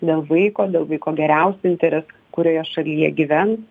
dėl vaiko dėl vaiko geriausių interesų kurioje šalyje gyvens